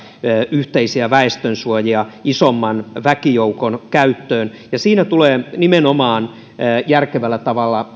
yhteisiä väestönsuojia isomman väkijoukon käyttöön ja siinä nimenomaan tulee järkevällä tavalla